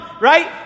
right